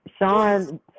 Sean